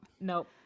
nope